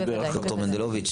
ד"ר מנדלוביץ',